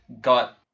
got